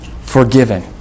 forgiven